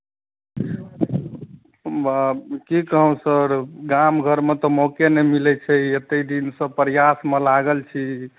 की कहू सर गाम घरमे तऽ मौके नहि मिलैत छै एतेक दिनसँ प्रयासमे लागल छी